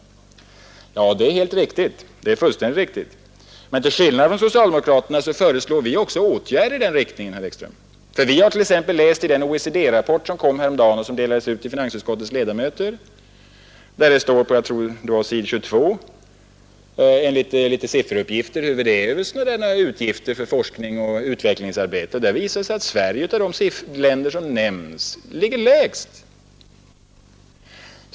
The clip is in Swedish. Det är fullständigt riktigt. Men till skillnad från socialdemokraterna föreslår vi också åtgärder i den riktningen, herr Ekström. Vi har t.ex. läst den OECD-rapport som kom häromdagen och som delats ut till finansutskottets ledamöter. Där finns — jag tror att det är på s. 22 — sifferuppgifter över hur det är med utgifter för forskning och utvecklingsarbete. Det visar sig där att Sverige, av de länder som nämns, ligger lägst.